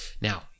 now